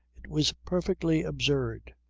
it was perfectly absurd.